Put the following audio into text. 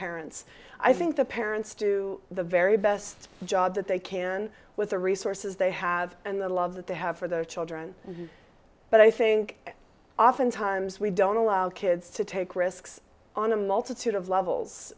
parents i think the parents do the very best job that they can with the resources they have and the love that they have for their children but i think oftentimes we don't allow kids to take risks on a multitude of levels